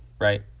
right